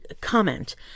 comment